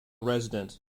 resident